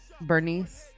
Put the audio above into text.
Bernice